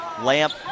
Lamp